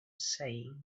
saying